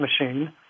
machine